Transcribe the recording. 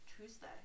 Tuesday